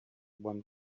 one